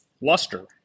Luster